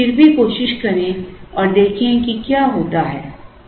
लेकिन हम फिर भी कोशिश करें और देखें कि क्या होता है